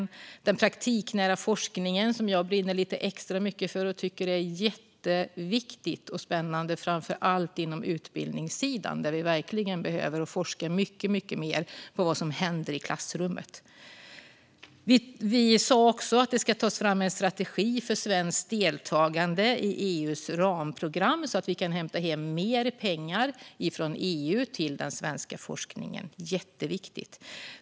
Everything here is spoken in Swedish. Vi hade även den praktiknära forskningen, som jag brinner lite extra mycket för och tycker är jätteviktig och spännande - framför allt på utbildningssidan, där vi verkligen behöver forska mycket mer på vad som händer i klassrummet. Vi sa också att det skulle tas fram en strategi för svenskt deltagande i EU:s ramprogram så att vi kan hämta hem mer pengar från EU till den svenska forskningen - jätteviktigt!